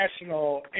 national